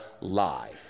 lie